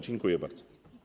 Dziękuję bardzo.